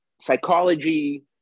Psychology